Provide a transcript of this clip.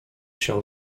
się